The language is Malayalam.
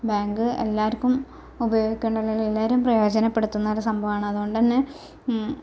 ബാങ്ക് എല്ലാവർക്കും ഉപയോഗിക്കേണ്ടി വരും എല്ലാവരും പ്രയോജനപ്പെടുത്തുന്ന ഒരു സംഭവമാണ് അതുകൊണ്ട് തന്നെ